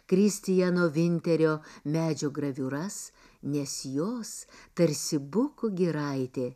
kristijano vinterio medžio graviūras nes jos tarsi bukų giraitė